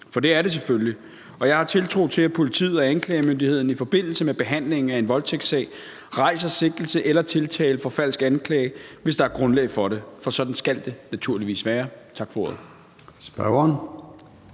for det er det selvfølgelig, og jeg har tiltro til, at politiet og anklagemyndigheden i forbindelse med behandlingen af en voldtægtssag rejser sigtelse eller tiltale for falsk anklage, hvis der er grundlag for det, for sådan skal det naturligvis være. Tak for ordet.